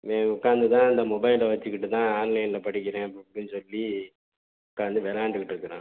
இவன் உட்காந்து தான் இந்த மொபைலை வச்சுக்கிட்டு தான் ஆன்லைனில் படிக்கிறேன் அப்படி இப்படினு சொல்லி உட்காந்து விளாண்டுக்கிட்டு இருக்கிறான்